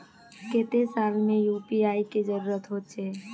केते साल में यु.पी.आई के जरुरत होचे?